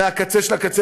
מהקצה של הקצה,